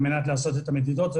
לעשות את המדידות.